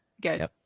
Good